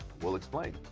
we'll explain.